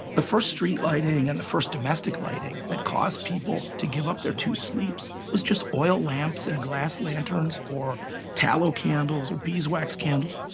the first street lighting and the first domestic lighting that caused people to give up their two sleeps was just oil lamps and glass lanterns or tallow candles or beeswax candles.